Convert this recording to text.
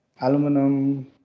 aluminum